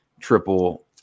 triple